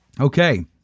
Okay